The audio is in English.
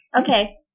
Okay